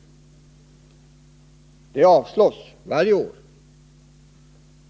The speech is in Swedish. Våra förslagi det avseendet avslås varje år.